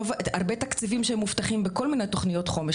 הרבה תקציבים שהם מובטחים בכל מיני תוכניות חומש,